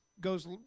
goes